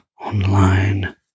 online